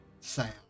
sound